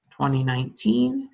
2019